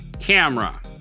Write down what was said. camera